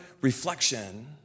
reflection